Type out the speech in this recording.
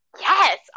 Yes